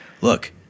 look